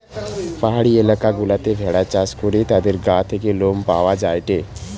পাহাড়ি এলাকা গুলাতে ভেড়া চাষ করে তাদের গা থেকে লোম পাওয়া যায়টে